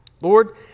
Lord